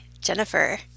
Jennifer